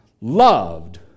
loved